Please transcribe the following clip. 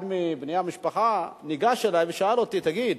אחד מבני המשפחה ניגש אלי ושאל אותי: תגיד,